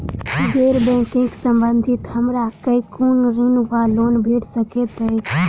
गैर बैंकिंग संबंधित हमरा केँ कुन ऋण वा लोन भेट सकैत अछि?